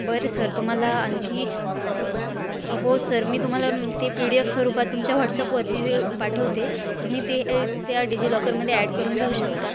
बरं सर तुम्हाला आणखी हो सर मी तुम्हाला ते पी डी एफ स्वरूपात तुमच्या व्हॉट्सअपवरती पाठवते तुम्ही ते त्या डिजिलॉकरमध्ये ॲड करून घेऊ शकता